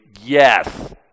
Yes